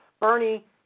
Bernie